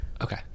Okay